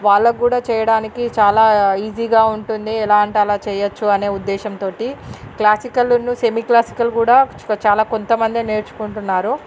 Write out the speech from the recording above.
వాళ్ళకు కూడ చేయడానికి చాలా ఈజీగా ఉంటుంది ఎలా అంటే అలా చేయచ్చు అనే ఉద్దేశం తోటి క్లాసికల్లను సెమీ క్లాసికల్ కూడా చాలా కొంతమందే నేర్చుకుంటున్నారు